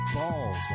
Balls